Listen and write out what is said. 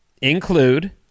Include